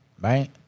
Right